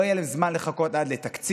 לא יהיה להם זמן לחכות עד לתקציב.